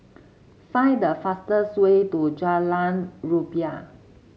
find the fastest way to Jalan Rumbia